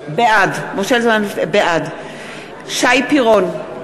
בעד שי פירון,